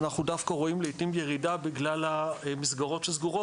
אנחנו דווקא רואים לעיתים ירידה בגלל המסגרות שסגורות